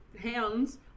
hands